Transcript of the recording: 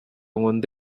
nkunda